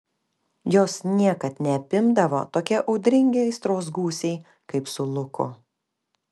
jos niekad neapimdavo tokie audringi aistros gūsiai kaip su luku